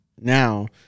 now